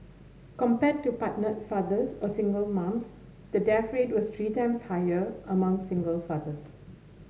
compared to partnered fathers or single moms the death rate was three times higher among single fathers